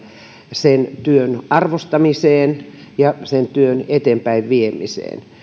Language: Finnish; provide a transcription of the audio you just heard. sen työn arvostamiseen ja sen työn eteenpäinviemiseen